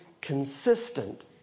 consistent